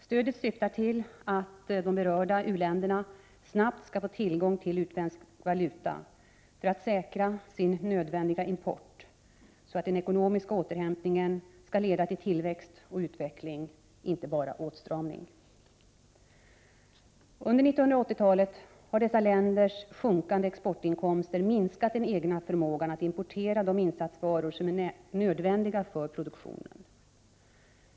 Stödet syftar till att de berörda u-länderna snabbt skall få tillgång till utländsk valuta för att säkra sin nödvändiga import, så att den ekonomiska återhämtningen skall leda till tillväxt och utveckling och inte bara åtstramning. Under 1980-talet har dessa länders sjunkande exportinkomster minskat den egna förmågan att importera de insatsvaror som är nödvändiga för produktionen.